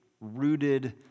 rooted